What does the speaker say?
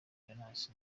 jonas